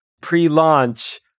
pre-launch